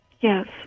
Yes